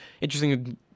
Interesting